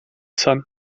sun